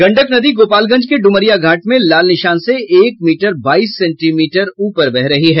गंडक नदी गोपालगंज के ड्मरिया घाट में लाल निशान से एक मीटर बाईस सेंटीमीटर ऊपर बह रही हैं